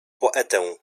poetę